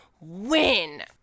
win